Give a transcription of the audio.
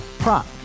Prop